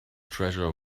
treasure